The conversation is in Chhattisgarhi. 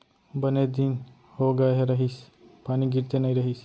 बने दिन हो गए रहिस, पानी गिरते नइ रहिस